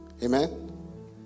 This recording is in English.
amen